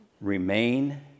Remain